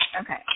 Okay